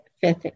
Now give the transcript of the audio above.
fifth